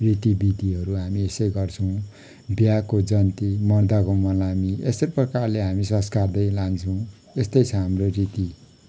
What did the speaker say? रीति विधिहरू हामी यसै गर्छौँ बिहाको जन्ती मर्दाको मलामी यस्तै प्रकारले हामी संस्कार्दै लान्छौँ यस्तै छ हाम्रो रीति